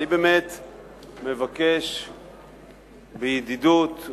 אני מבקש בידידות,